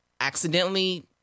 accidentally